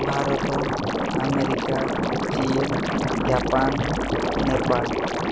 Bharat America ଚୀନ୍ Japan Nepal